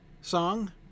song